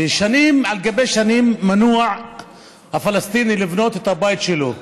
ושנים על גבי שנים מנוע הפלסטיני לבנות את הבית שלו.